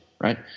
right